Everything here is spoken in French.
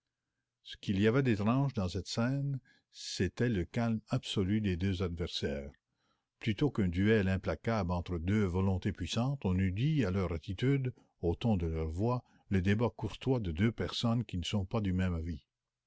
ce qu'il y avait d'étrange dans cette scène c'était le calme absolu des deux adversaires plutôt qu'un duel implacable entre deux volontés puissantes on eût dit à leur attitude au ton de leurs voix le débat courtois de deux personnes qui ne sont pas du même avis